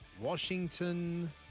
Washington